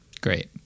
Great